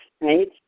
right